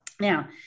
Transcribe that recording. Now